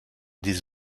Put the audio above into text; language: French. des